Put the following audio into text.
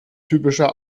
typischer